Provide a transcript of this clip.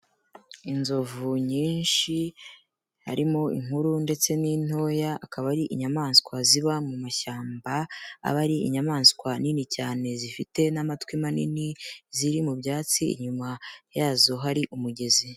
Inzovu nyinshi harimo inkuru ndetse n'intoya, akaba ari inyamaswa ziba mu mashyamba, aba ari inyamaswa nini cyane zifite n'amatwi manini ziri mu byatsi, inyuma yazo hari umugezi.